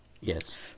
Yes